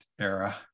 era